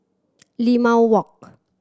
Limau Walk